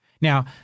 Now